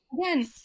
Again